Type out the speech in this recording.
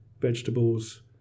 vegetables